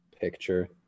picture